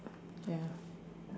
ya